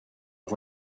auf